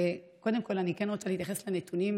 קודם כול, אני כן רוצה להתייחס לנתונים.